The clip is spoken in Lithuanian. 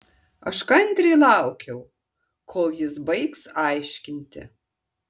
aš kantriai laukiau kol jis baigs aiškinti